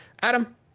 Adam